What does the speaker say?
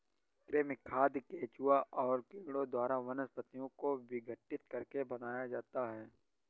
कृमि खाद केंचुआ और कीड़ों द्वारा वनस्पतियों को विघटित करके बनाया जाता है